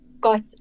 got